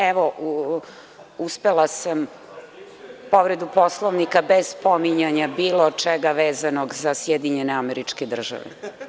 Evo, uspela sam povredu Poslovnika, bez spominjanja bilo čega vezanog za SAD.